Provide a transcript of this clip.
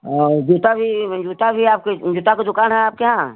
और जूता भी वही जूता भी आपकी जूता की दुक़ान है आपके यहाँ